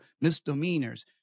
misdemeanors